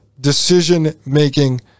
decision-making